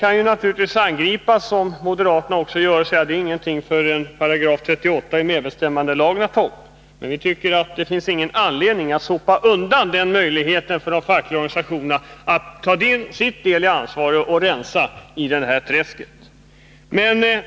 Man kan naturligtvis, som moderaterna säger, hänvisa till att detta inte är något som faller under 38 § medbestämmandelagen. Vi tycker dock inte att det finns någon anledning att sopa undan den möjlighet som denna paragraf ger de fackliga organisationerna att ta sin del av ansvaret för en upprensning i det här träsket.